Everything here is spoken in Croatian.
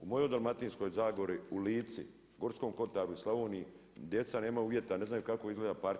U mojoj Dalmatinskoj zagori, u Lici, Gorskom kotaru i Slavoniji, djeca nemaju uvjeta, ne znaju kako izgleda parket.